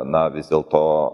na vis dėlto